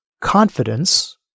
confidence